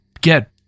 get